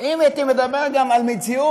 אם הייתי מדבר גם על מציאות,